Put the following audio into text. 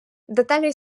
деталі